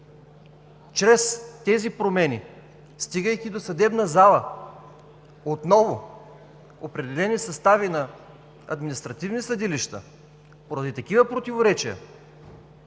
чрез тези промени, стигайки до съдебна зала, отново определени състави на административни съдилища поради такива противоречия